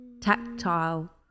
tactile